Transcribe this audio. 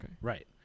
Right